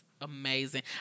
Amazing